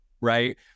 Right